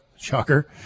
shocker